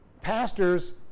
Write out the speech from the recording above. pastors